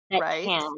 Right